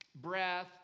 breath